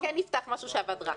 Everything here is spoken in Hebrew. ושכן נפתח משהו שעבד רע.